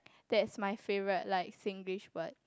that's my favourite like Singlish word